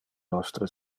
nostre